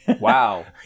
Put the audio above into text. Wow